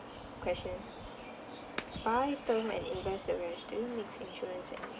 question buy term and invest the rest do you mix insurance and